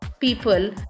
people